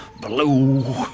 blue